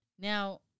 Now